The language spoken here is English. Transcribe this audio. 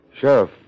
Sheriff